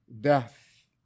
death